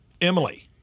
Emily